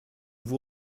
vous